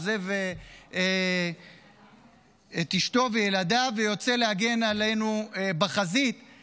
עוזב את אשתו וילדיו ויוצא להגן עלינו בחזית,